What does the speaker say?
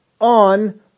on